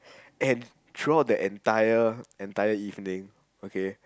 and throughout the entire entire evening okay